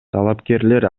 талапкерлер